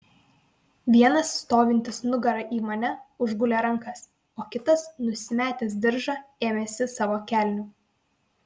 vienas stovintis nugara į mane užgulė rankas o kitas nusimetęs diržą ėmėsi savo kelnių